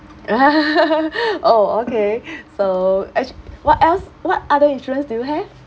oh okay so actua~ what else what other insurance do you have